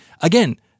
Again